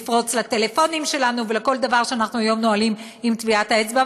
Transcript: לפרוץ לטלפונים שלנו ולכל דבר שאנחנו היום נועלים עם טביעת האצבע,